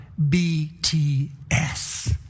BTS